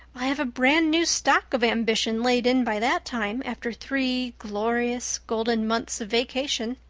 i'll have a brand new stock of ambition laid in by that time after three glorious, golden months of vacation.